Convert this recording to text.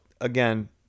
again